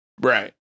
Right